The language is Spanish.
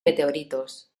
meteoritos